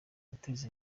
guteza